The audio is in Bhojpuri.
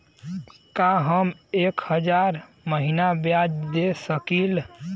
का हम एक हज़ार महीना ब्याज दे सकील?